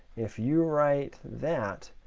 if you write that,